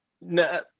No